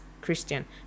Christian